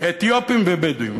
אתיופים ובדואים.